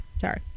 Sorry